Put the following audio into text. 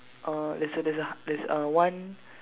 uh there's a there's a there's a one